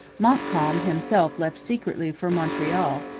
montcalm himself left secretly for montreal,